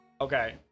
okay